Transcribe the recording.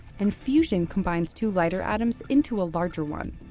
and fusion combines two lighter atoms into a larger one.